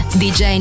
dj